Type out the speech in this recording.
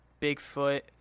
Bigfoot